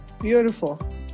beautiful